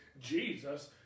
Jesus